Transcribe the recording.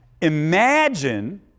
imagine